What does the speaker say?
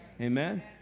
Amen